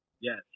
yes